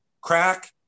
Crack